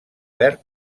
verd